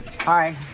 Hi